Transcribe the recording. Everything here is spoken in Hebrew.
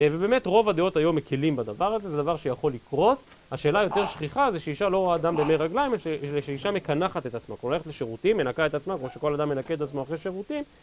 ובאמת רוב הדעות היום מקילים בדבר הזה, זה דבר שיכול לקרות, השאלה היותר שכיחה זה שאישה לא רואה דם במי רגליים, אלא שאישה מקנחת את עצמה, כלומר הולכת לשירותים, מנקה את עצמה כמו שכל אדם מנקה את עצמו אחרי שירותים